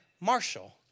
Marshall